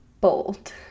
bold